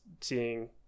seeing